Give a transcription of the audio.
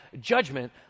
judgment